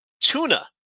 tuna